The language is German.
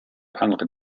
andere